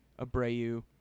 Abreu